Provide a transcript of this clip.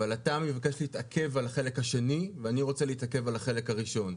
אבל אתה מבקש להתעכב על החלק השני ואני רוצה להתעכב על החלק הראשון.